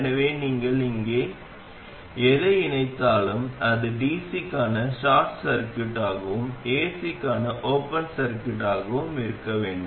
எனவே நீங்கள் இங்கே எதை இணைத்தாலும் அது dcக்கான ஷார்ட் சர்க்யூட்டாகவும் ஏசிக்கு ஓபன் சர்க்யூட்டாகவும் இருக்க வேண்டும்